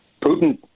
putin